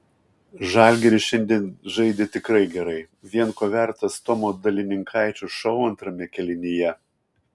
žalgiris šiandien žaidė tikrai gerai vien ko vertas tomo delininkaičio šou antrame kėlinyje